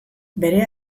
bere